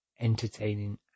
entertaining